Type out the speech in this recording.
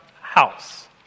house